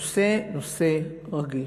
הנושא רגיש,